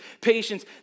patience